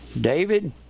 David